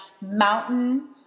mountain